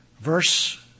Verse